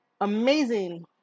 amazing